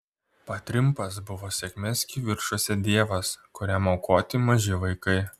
patrimpas buvo sėkmės kivirčuose dievas kuriam aukoti maži vaikai